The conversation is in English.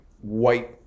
white